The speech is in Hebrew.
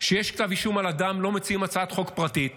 כשיש כתב אישום על אדם לא מציעים הצעת חוק פרטית